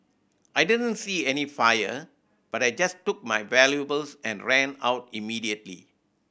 I didn't see any fire but I just took my valuables and ran out immediately